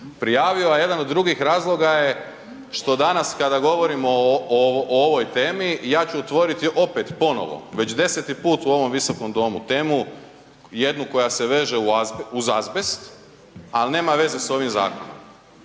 prijavio. A jedan od drugih razloga je što danas kada govorimo o ovoj temi, ja ću otvoriti opet ponovo već deseti put u ovom Visokom domu temu jednu koja se veže uz azbest, ali nema veze s ovim zakonom.